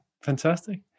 fantastic